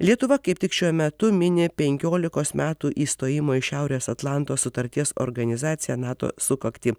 lietuva kaip tik šiuo metu mini penkiolikos metų įstojimo į šiaurės atlanto sutarties organizaciją nato sukaktį